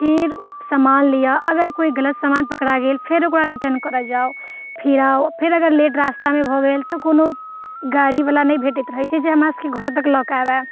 फेर सामान लिअऽ अगर कोइ गलत सामान पकड़ा गेल फेर ओकरा रिटर्न करऽ जाउ फेर आउ फेर अगर लेट रास्तामे भऽ गेल तऽ कोनो गाड़ीवला नहि भेटैत रहै छै जे हमरासबके घर तक लऽ कऽ आबै